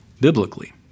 biblically